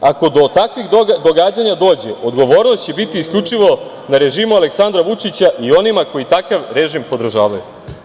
Ako do takvih događanja dođe, odgovornost će biti isključivo na režimo Aleksandra Vučića i onima koji takav režim podržavaju.